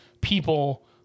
people